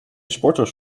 sporters